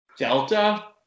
delta